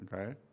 Okay